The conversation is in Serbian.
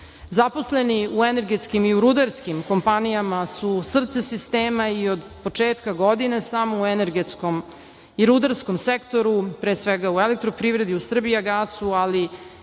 demantuju. Zaposleni u energetskim i u rudarskim kompanijama su srce sistema i od početka godine samo u energetskom i rudarskom sektoru, pre svega u „Elektroprivredi“ u „Srbijagasu“, ali